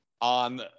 on